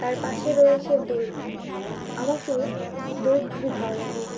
তার পাশে রয়েছে দই আমাকে দই খুবই ভালো লাগে